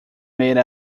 made